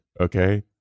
Okay